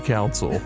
Council